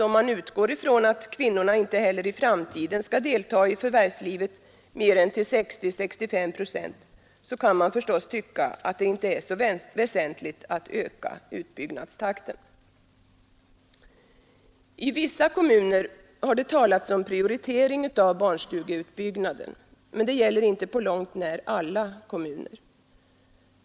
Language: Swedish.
Om man utgår ifrån att kvinnorna inte heller i framtiden skall deltaga i förvärvslivet mer än till 60 å 65 procent, kan man naturligtvis tycka att det inte är så väsentligt att öka utbyggnadstakten. I vissa kommuner har det talats om prioritering av barnstugeutbyggnaden. Men det gäller inte på långt när alla kommuner.